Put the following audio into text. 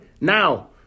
now